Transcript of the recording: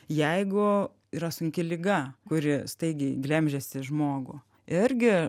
jeigu yra sunki liga kuri staigiai glemžiasi žmogų irgi